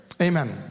Amen